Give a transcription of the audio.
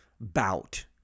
bout